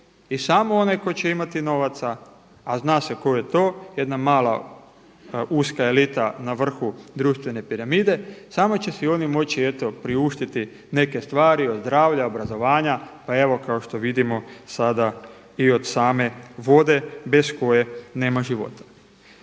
I samo onaj tko će imati novaca, a zna se tko je to, jedna mala uska elita na vrhu društvene piramide, samo će si oni moći eto priuštiti neke stvari od zdravlja, obrazovanja. Pa evo kao što vidimo sada i od same vode bez koje nema života.